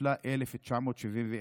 התשל"א 1971,